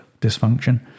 dysfunction